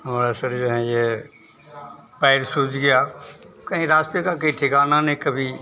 हमारे शरीर हैं ये पैर सूज गया कहीं रास्ते का ठिकाना नहीं कभी